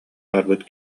барбыт